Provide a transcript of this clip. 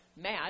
mad